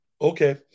okay